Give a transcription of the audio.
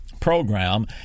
program